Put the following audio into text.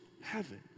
heaven